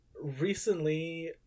recently